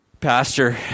Pastor